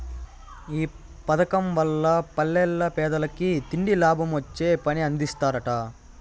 ఈ పదకం వల్ల పల్లెల్ల పేదలకి తిండి, లాభమొచ్చే పని అందిస్తరట